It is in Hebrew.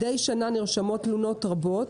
מדי שנה נרשמות תלונות רבות,